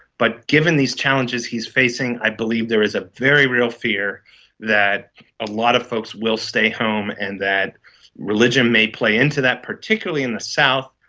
but given these challenges he's facing, i believe there is a very real fear that a lot of folks will stay home and that religion may play into that, particularly in the south,